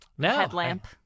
Headlamp